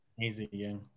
Easy